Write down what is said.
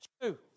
true